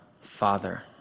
Father